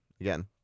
again